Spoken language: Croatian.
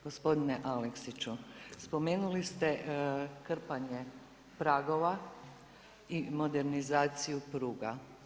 Gospodine Aleksiću, spomenuli ste krpanje pragova i modernizaciju pruga.